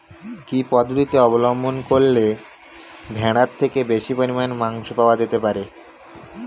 কি পদ্ধতিতে অবলম্বন করলে ভেড়ার থেকে বেশি পরিমাণে মাংস পাওয়া যেতে পারে?